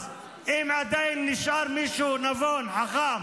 אז אם עדיין נשאר מישהו נבון וחכם